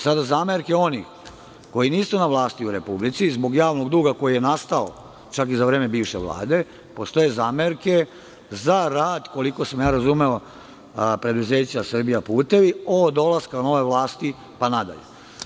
Sada, zamerke onih koji nisu na vlasti u Republici, zbog javnog duga koji je nastao i za vreme bivše Vlade, postoje zamerke za rad, koliko sam razumeo, preduzeća "Srbijaputevi" od dolaska nove vlasti pa nadalje.